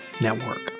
Network